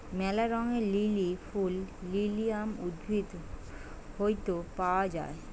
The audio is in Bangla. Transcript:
ম্যালা রঙের লিলি ফুল লিলিয়াম উদ্ভিদ হইত পাওয়া যায়